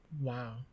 Wow